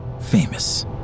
famous